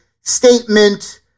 statement